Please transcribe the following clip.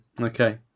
Okay